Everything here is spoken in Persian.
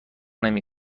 نمی